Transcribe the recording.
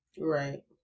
Right